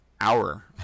hour